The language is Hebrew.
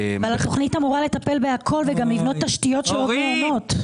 התכנית אמורה לטפל בהכל - היא אמורה גם לבנות תשתיות של עוד מעונות.